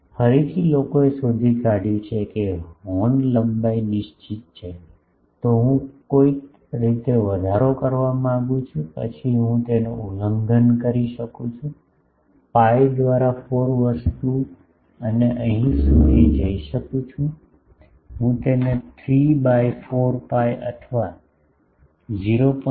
ફરીથી લોકોએ શોધી કાઢહયું છે કે જો હોર્ન લંબાઈ નિશ્ચિત છે તો હું કોઈક રીતે વધારો વધારવા માંગુ છું પછી હું તેનો ઉલ્લંઘન કરી શકું છું pi દ્વારા 4 વસ્તુ અને અહીં સુધી જઈ શકું છું હું તે 3 બાય 4 pi અથવા 0